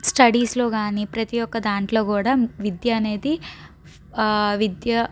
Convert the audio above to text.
స్టడీస్లో కానీ ప్రతి ఒక దాంట్లో కూడా విద్య అనేది విద్య